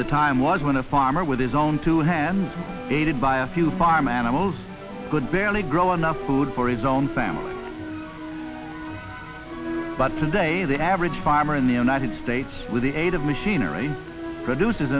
the time was when a farmer with his own two hands aided by a few farm animals could barely grow enough food for his own family but today the average farmer in the united states with the aid of machinery produce